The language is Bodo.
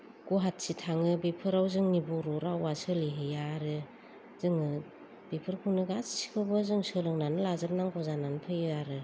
गुवाहाटि थाङो बेफोराव जोंनि बर' रावआ सोलिहैया आरो जोङो बेफोरखौनो गासिखौबो जों सोलोंनानै लाजोबनांगौ जानानै फैयो आरो